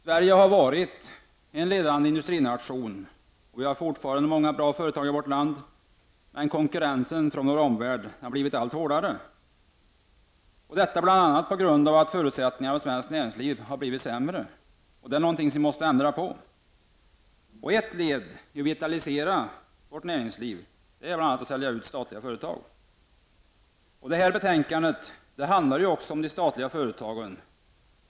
Sverige har varit en ledande industrination, och fortfarande finns det många bra företag i vårt land. Men konkurrensen från omvärlden blir allt hårdare bl.a. på grund av att förutsättningarna för svenskt näringsliv har blivit sämre. Det är någonting som vi måste ändra på. Ett led i arbetet med att vitalisera vårt näringsliv är försäljningen av statliga företag. Detta betänkande handlar alltså om statliga företag.